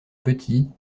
petits